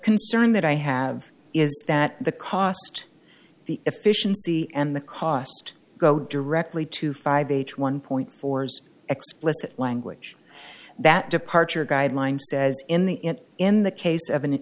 concern that i have is that the cost the efficiency and the cost go directly to five h one point fours explicit language that departure guidelines says in the in in the case